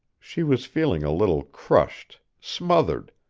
she was feeling a little crushed, smothered.